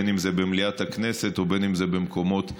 בין אם זה במליאת הכנסת ובין אם זה במקומות אחרים.